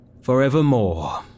forevermore